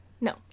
no